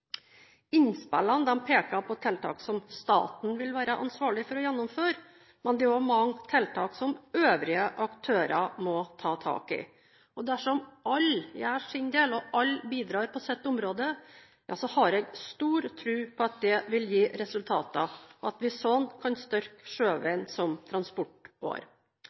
Innspillene peker på tiltak som staten vil være ansvarlig for å gjennomføre, men det er også mange tiltak som øvrige aktører må ta tak i. Dersom alle gjør sin del, og alle bidrar på sitt område, har jeg stor tro på at det vil gi resultater, og at vi slik kan styrke sjøveien som